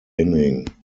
inning